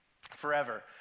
forever